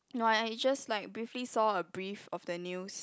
no I I just like briefly saw a brief of the news